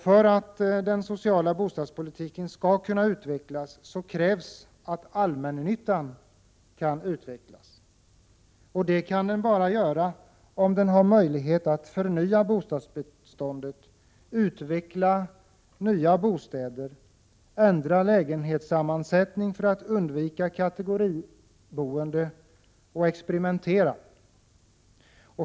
För att den sociala bostadspolitiken skall kunna utvecklas, krävs att allmännyttan kan utvecklas. Det kan den bara göra om den har möjlighet att förnya bostadsbeståndet, utveckla nya bostäder, ändra lägenhetssammansättning för att undvika kategoriboende och experimentera.